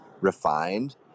refined